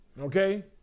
Okay